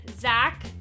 Zach